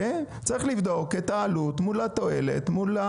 צריך לבדוק את העלות מול התועלת,